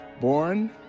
born